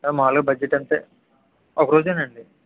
ఆ మాములుగా బడ్జెట్ అంటే ఒకరోజేనండి